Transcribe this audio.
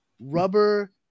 rubber